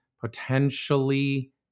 potentially